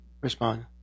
respond